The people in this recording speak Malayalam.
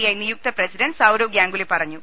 ഐ നിയുക്ത പ്രസിഡണ്ട് സൌരവ് ഗാംഗുലി പറഞ്ഞു